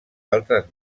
altres